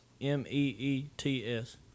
M-E-E-T-S